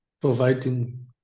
providing